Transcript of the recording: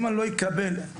אם אני לא אקבל תהליך